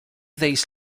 days